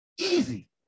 easy